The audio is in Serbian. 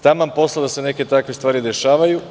Taman posla da se neke takve stvari dešavaju.